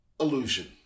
illusion